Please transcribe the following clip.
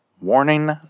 Warning